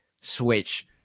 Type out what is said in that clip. Switch